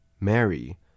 Mary